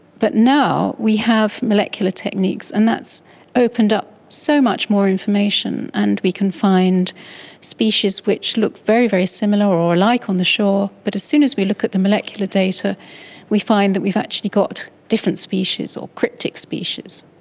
but now we have molecular techniques and that has opened up so much more information and we can find species which look very, very similar or alike on the shore, but as soon as we look at the molecular data we find that we've actually got different species or cryptic species.